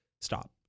stop